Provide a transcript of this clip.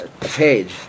page